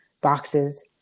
boxes